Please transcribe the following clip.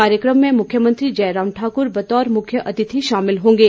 कार्यक्रम में मुख्यमंत्री जयराम ठाकर बतौर मुख्यातिथि शामिल होंगे